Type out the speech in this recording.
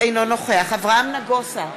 אינו נוכח אברהם נגוסה,